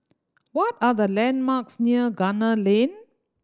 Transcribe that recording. what are the landmarks near Gunner Lane